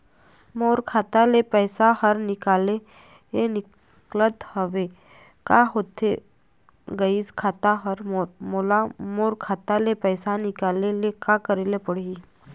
मोर खाता ले पैसा हर निकाले निकलत हवे, का होथे गइस खाता हर मोर, मोला मोर खाता ले पैसा निकाले ले का करे ले पड़ही?